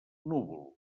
núvol